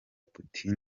putin